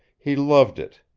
he loved it,